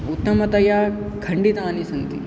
उत्तमतया खण्डितानि सन्ति